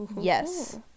Yes